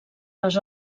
les